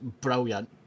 brilliant